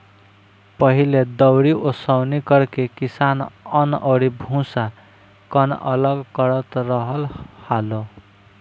पहिले दउरी ओसौनि करके किसान अन्न अउरी भूसा, कन्न अलग करत रहल हालो